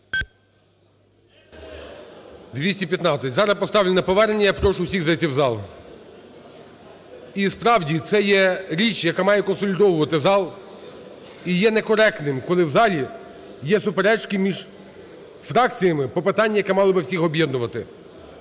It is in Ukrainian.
За-215 Зараз поставлю на повернення. Я прошу всіх зайти в зал. І справді це є річ, яка має консолідовувати зал, і є некоректним, коли в залі є суперечки між фракціями по питанню, яке мало би всіх об'єднувати.